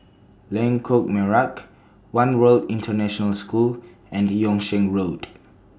Lengkok Merak one World International School and Yung Sheng Road